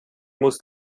muss